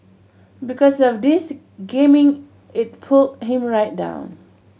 because of this gaming it pulled him right down